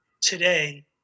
today